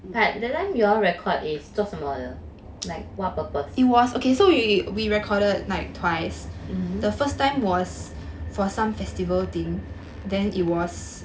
but that time you all record is 做什么的 like what purpose mm